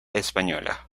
española